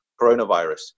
coronavirus